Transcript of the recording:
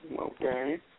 Okay